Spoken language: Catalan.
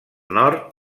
nord